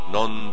non